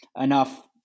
enough